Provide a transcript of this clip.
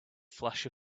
flash